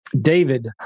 David